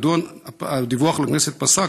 מדוע הדיווח לכנסת פסק?